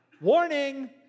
Warning